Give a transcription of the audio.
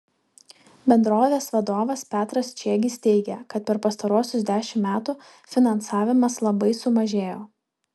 bendrovės vadovas petras čiegis teigė kad per pastaruosius dešimt metų finansavimas labai sumažėjo